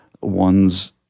one's